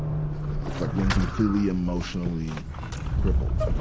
it's like being completely emotionally crippled.